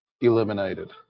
eliminated